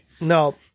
No